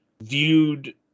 viewed